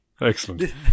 Excellent